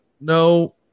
no